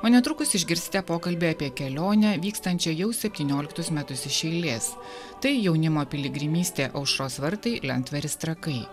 o netrukus išgirsite pokalbį apie kelionę vykstančią jau septynioliktus metus iš eilės tai jaunimo piligrimystė aušros vartai lentvaris trakai